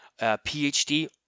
PhD